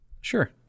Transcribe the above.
Sure